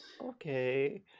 Okay